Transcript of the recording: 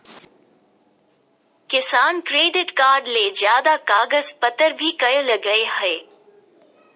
किसान credit card ले ज्यादे कागज पतर भी नय लगय हय